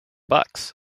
bucks